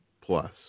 plus